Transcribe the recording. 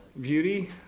beauty